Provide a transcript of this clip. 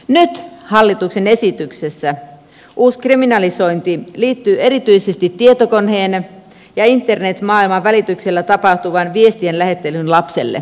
nyt hallituksen esityksessä uusi kriminalisointi liittyy erityisesti tietokoneen ja internet maailman välityksellä tapahtuvaan viestien lähettelyyn lapselle